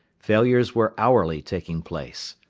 failures were hourly taking place,